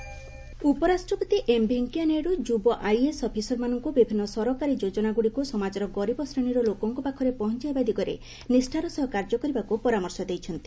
vice president IAS ଉପରାଷ୍ଟ୍ରପତି M Venkaiah Naidu ଯୁବ IAS ଅଫିସରମାନଙ୍କୁ ବିଭିନ୍ନ ସରକାରୀ ଯୋଜନାଗୁଡ଼ିକୁ ସମାଜର ଗରିବ ଶ୍ରେଣୀର ଲୋକଙ୍କ ପାଖରେ ପହଞ୍ଚାଇବା ଦିଗରେ ନିଷ୍ଠାର ସହ କାର୍ଯ୍ୟ କରିବାକୁ ପରାମର୍ଶ ଦେଇଛନ୍ତି